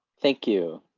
thank you.